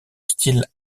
style